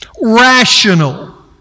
rational